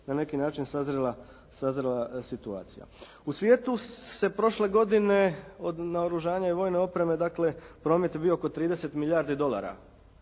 na neki način sazrela situacija. U svijetu se prošle godine od naoružanja i vojne opreme dakle promet je bio oko 30 milijardi dolara.